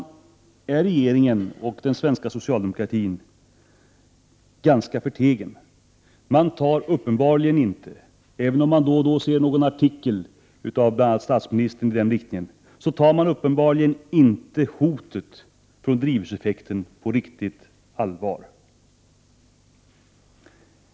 I detta sammanhang är regeringen och den svenska socialdemokratin ganska förtegen. Den har uppenbarligen inte, även om man då och då får läsa någon artikel av statsministern i ämnet, tagit hotet om drivhuseffekten på riktigt allvar.